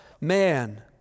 man